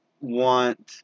want